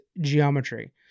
geometry